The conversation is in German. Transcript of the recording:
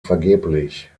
vergeblich